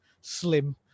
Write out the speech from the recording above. slim